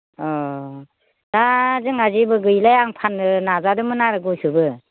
अह दा जोंहा जेबो गैला आं फानो नाजादोंमोन आरो गयखौबो